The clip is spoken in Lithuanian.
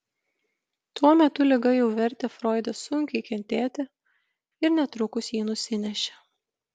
tuo metu liga jau vertė froidą sunkiai kentėti ir netrukus jį nusinešė